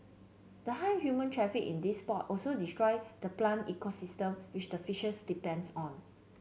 the high human traffic in these spot also destroy the plant ecosystem which the fishes depends on